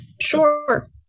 Sure